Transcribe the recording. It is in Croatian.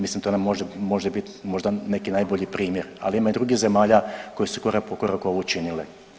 Mislim to nam može biti možda neki najbolji primjer, ali ima i drugih zemalja koje su korak po korak ovo učinile.